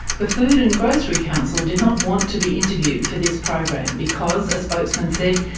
the food and grocery council did not want to be interviewed for this program because, a spokesman said,